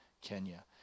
Kenya